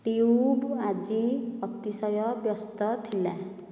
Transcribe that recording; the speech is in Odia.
ଟ୍ୟୁବ୍ ଆଜି ଅତିଶୟ ବ୍ୟସ୍ତ ଥିଲା